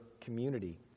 community